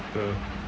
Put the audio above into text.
ya